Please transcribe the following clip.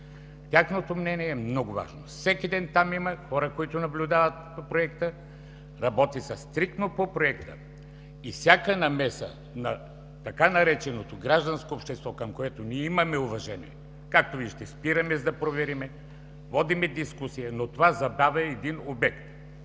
Тяхното мнение е много важно. Всеки ден там има хора, които наблюдават проекта, работи се стриктно по проекта. И при всяка намеса на така нареченото „гражданско общество”, към което ние имаме уважение, както виждате, спираме, за да проверим, водим дискусия. Но това забавя един обект.